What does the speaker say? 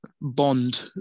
bond